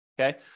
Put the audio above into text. okay